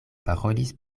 parolis